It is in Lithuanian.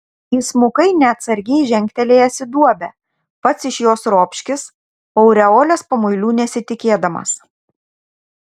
įsmukai neatsargiai žengtelėjęs į duobę pats iš jos ropškis aureolės pamuilių nesitikėdamas